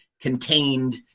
contained